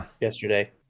yesterday